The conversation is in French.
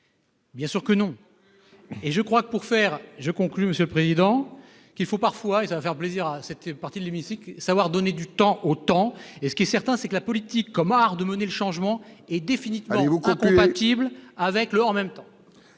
Bien sûr que non. Et je crois que pour faire. Je conclus Monsieur le Président, qu'il faut parfois et ça va faire plaisir à, c'était parti de l'hémicycle, savoir donner du temps au temps et ce qui est certain c'est que la politique comme art de mener le changement est définitivement mais vous incompatible avec le en même temps.